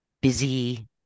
busy